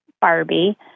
Barbie